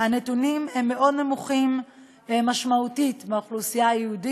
נשיא בית-הדין,